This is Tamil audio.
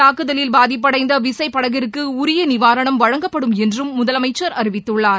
தாக்குதலில் பாதிப்படைந்த விசை படகிற்கு உரிய நிவாரணம் வழங்கப்படும் என்றும் முதலமைச்சர் அறிவித்துள்ளார்